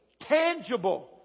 tangible